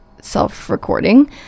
self-recording